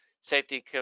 safety